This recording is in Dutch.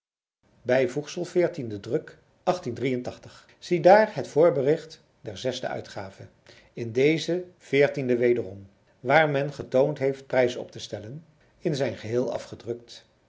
bij ziedaar het voorbericht der zesde uitgave in deze veertiende wederom waar men getoond heeft prijs op te stellen in zijn geheel afgedrukt